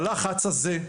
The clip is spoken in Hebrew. הלחץ הזה,